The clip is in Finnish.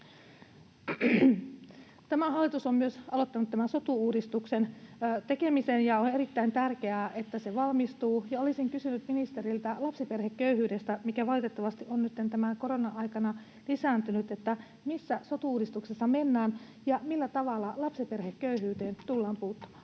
Tämä hallitus on myös aloittanut sotu-uudistuksen tekemisen, ja on erittäin tärkeää, että se valmistuu. Olisin kysynyt ministeriltä lapsiperheköyhyydestä, mikä valitettavasti on nytten tämän koronan aikana lisääntynyt: missä sotu-uudistuksessa mennään, ja millä tavalla lapsiperheköyhyyteen tullaan puuttumaan?